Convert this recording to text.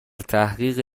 تحقیق